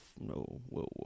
no